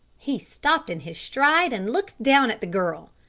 he stopped in his stride and looked down at the girl.